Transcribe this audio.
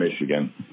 Michigan